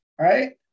right